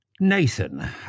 Nathan